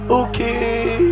okay